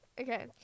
Okay